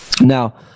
Now